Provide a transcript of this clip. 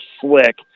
slick